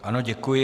Ano, děkuji.